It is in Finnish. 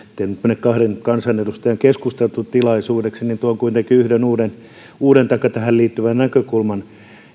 ettei nyt mene kahden kansanedustajan keskustelutilaisuudeksi mutta tuon kuitenkin yhden uuden uuden taikka tähän liittyvän näkökulman